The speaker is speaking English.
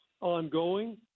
ongoing